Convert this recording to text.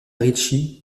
richie